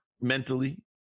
mentally